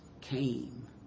came